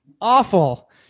Awful